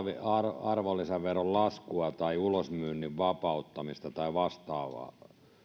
arvonlisäveron laskua tai ulosmyynnin vapauttamista tai vastaavaa